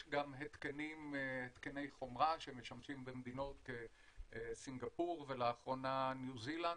יש גם התקני חומרה שמשמשים במדינות כסינגפור ולאחרונה בניו זילנד,